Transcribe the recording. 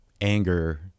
anger